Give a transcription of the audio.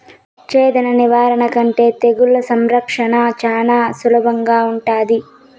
చెదల నివారణ కంటే తెగుళ్ల సంరక్షణ చానా సులభంగా ఉంటాది